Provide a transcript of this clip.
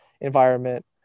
environment